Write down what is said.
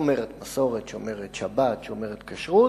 שומרת מסורת, שומרת שבת, שומרת כשרות,